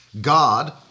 God